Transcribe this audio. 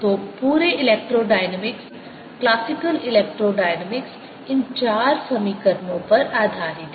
तो पूरे electrodynamics classical electrodynamics इन चार समीकरणों पर आधारित हैं